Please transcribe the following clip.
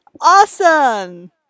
awesome